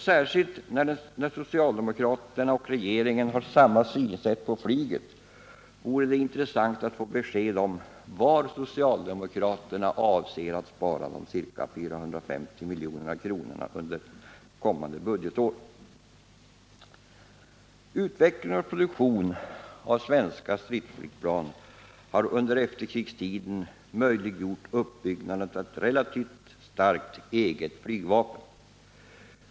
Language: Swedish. Särskilt nu när socialdemokraterna och regeringen har samma synsätt i fråga om flyget vore det intressant att få besked om var socialdemokraterna skall spara 450 miljoner under kommande budgetår. Utvecklingen och produktionen av svenska stridsflygplan har under efterkrigstiden möjliggjort uppbyggnaden av ett relativt sett starkt eget flygvapen.